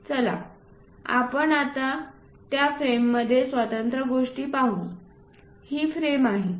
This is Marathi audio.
चला आपण आता त्या फ्रेममधील स्वतंत्र गोष्टी पाहू ही फ्रेम आहे